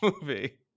movie